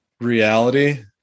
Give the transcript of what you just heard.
reality